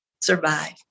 survive